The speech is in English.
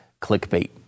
clickbait